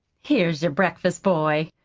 here's your breakfast, boy,